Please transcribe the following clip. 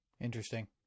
Interesting